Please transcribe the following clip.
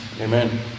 Amen